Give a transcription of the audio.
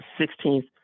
Sixteenth